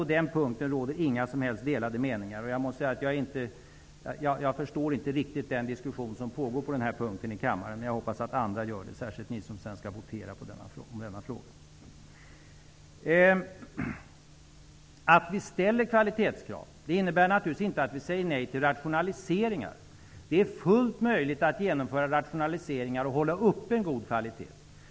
På den punkten råder inga som helst delade meningar, och jag förstår inte riktigt den diskussion som pågår om detta i kammaren. Jag hoppas att andra gör det, särskilt ni som sedan skall votera i denna fråga. Att vi ställer kvalitetskrav innebär naturligtvis inte att vi säger nej till rationaliseringar. Det är fullt möjligt att genomföra rationaliseringar och upprätthålla en god kvalitet.